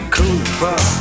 Cooper